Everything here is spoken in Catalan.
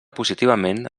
positivament